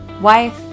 wife